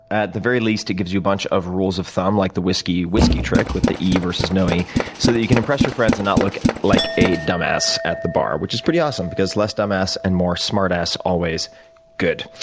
at the very least, it gives you a bunch of rules of thumb like the whiskey whisky trick with the e versus no e so that you can impress your friends and not look like a dumb ass at the bar, which is pretty awesome because less dumb ass and more smart ass always good.